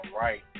right